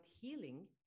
healing